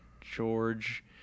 George